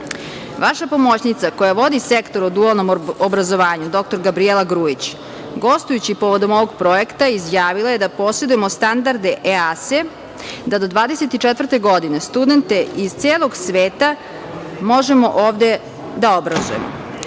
pomoćnica koja vodi Sektor o dualnom obrazovanju, dr Gabrijela Grujić, gostujući povodom ovog projekta, izjavila je da posedujemo standarde EASE, da do 2024. godine studente iz celog sveta možemo ovde da obrazujemo.